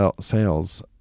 sales